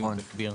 נכון.